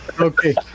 Okay